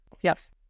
Yes